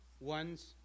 ones